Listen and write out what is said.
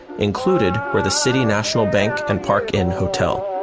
included were the city national bank and park inn hotel.